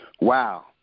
Wow